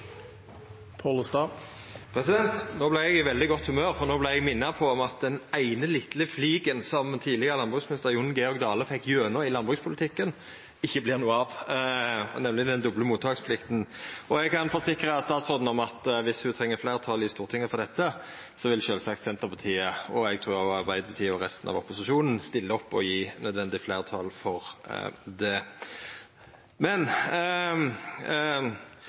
eg i veldig godt humør, for no vart eg mint på at den eine vesle fliken som tidlegare landbruksminister Jon Georg Dale fekk gjennom i landbrukspolitikken, ikkje vert noko av, nemleg den doble mottaksplikta. Eg kan forsikra statsråden om at viss ho treng fleirtal i Stortinget for dette, vil sjølvsagt Senterpartiet – eg trur også Arbeidarpartiet og resten av opposisjonen – stilla opp og gje nødvendig fleirtal for det. Men